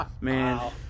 Man